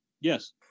Yes